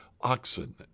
oxen